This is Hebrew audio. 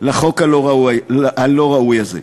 לחוק הלא-ראוי הזה.